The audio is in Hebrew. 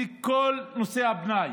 בכל נושא הפנאי.